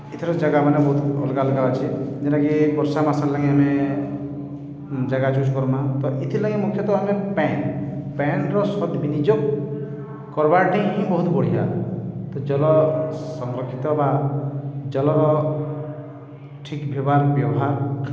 ଏଥିର ଜାଗାମାନେ ବହୁତ୍ ଅଲ୍ଗା ଅଲ୍ଗା ଅଛେ ଜେନ୍ଟାକି ବର୍ଷା ମାସର୍ ଲାଗି ଆମେ ଜାଗା ଚୁଜ୍ କର୍ମା ତ ଏଥିର୍ଲାଗି ମୁଖ୍ୟତଃ ଆମେ ପାଏନ୍ ପାଏନ୍ର ସତ୍ ବିନିଯୋଗ୍ କର୍ବାର୍ଟା ହିଁ ବହୁତ୍ ବଢ଼ିଆ ତ ଜଲ ସଂରକ୍ଷିତ ବା ଜଲ୍ର ଠିକ୍ ପ୍ରକାର୍ ବ୍ୟବହାର୍